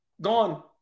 Gone